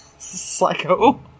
Psycho